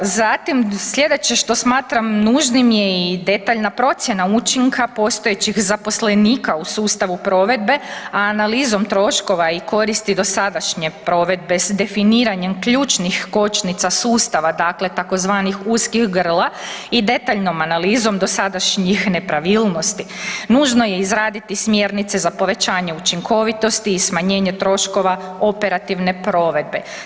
Zatim, sljedeće što smatram nužnim je i detaljna procjena učinka postojećih zaposlenika u sustavu provedbe, a analizom troškova i koristi do sadašnje provedbe s definiranje ključnih kočnica sustava, dakle tzv. uskih grla i detaljnom analizom dosadašnjih nepravilnosti, nužno ne izraditi smjernice za povećanje učinkovitosti i smanjenje troškova operativne provedbe.